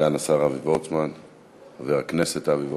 סגן השר חבר הכנסת אבי וורצמן.